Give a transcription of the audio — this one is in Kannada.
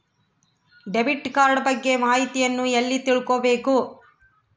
ಡೆಬಿಟ್ ಕಾರ್ಡ್ ಬಗ್ಗೆ ಮಾಹಿತಿಯನ್ನ ಎಲ್ಲಿ ತಿಳ್ಕೊಬೇಕು?